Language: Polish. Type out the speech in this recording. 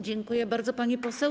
Dziękuję bardzo, pani poseł.